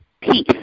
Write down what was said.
peace